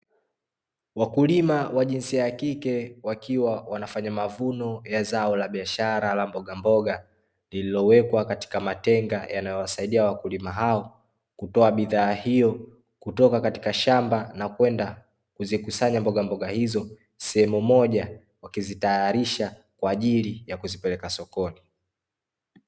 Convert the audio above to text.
Wakulima wa jinsia ya kike wakiwa wanafanya mavuno ya zao la biashara la mbogamboga, lililowekwa katika matenga yanayowasaidia wakulima hao kutoa bidhaa hiyo kutoka katika shamba na kwenda kuzikusanya mbogamboga hizo sehemu moja, wakizitayarisha kwa ajili ya kuzipeleka sokoni.